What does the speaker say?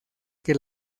que